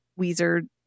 Weezer